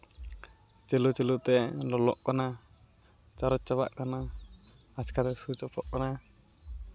ᱪᱟᱹᱞᱩ ᱪᱟᱹᱞᱩ ᱛᱮ ᱞᱚᱞᱚᱜ ᱠᱟᱱᱟ ᱪᱟᱨᱚᱡᱽ ᱪᱟᱵᱟᱜ ᱠᱟᱱᱟ ᱟᱪᱠᱟᱜᱮ ᱥᱩᱭᱤᱪ ᱚᱯᱚᱜ ᱠᱟᱱᱟ